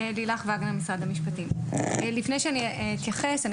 לפני שאני אתייחס,